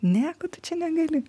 nieko tu čia negali